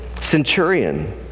centurion